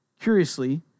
Curiously